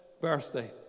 birthday